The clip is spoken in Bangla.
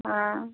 ও